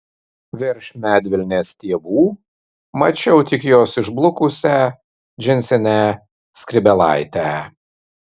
virš medvilnės stiebų mačiau tik jos išblukusią džinsinę skrybėlaitę